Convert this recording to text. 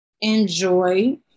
enjoy